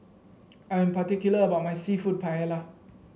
I am particular about my seafood Paella